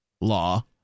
law